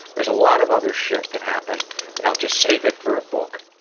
there was a lot of other shit that happened but i'll just save it for a book.